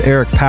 Eric